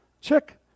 Check